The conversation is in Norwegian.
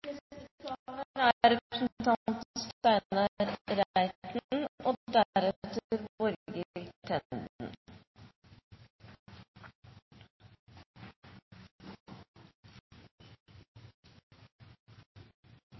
Neste taler er